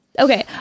Okay